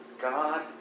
God